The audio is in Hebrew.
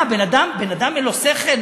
מה, לבן-אדם אין שכל?